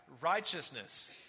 righteousness